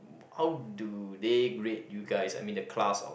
how do they grade you guys I mean the class of